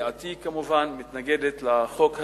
סיעתי כמובן מתנגדת לחוק הזה,